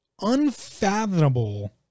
unfathomable